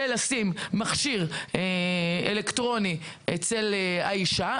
ולשים מכשיר אלקטרוני אצל האישה,